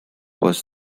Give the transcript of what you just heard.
was